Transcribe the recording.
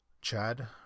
Chad